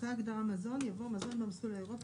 אחרי ההגדרה "מזון" יבוא: "מזון במסלול האירופי"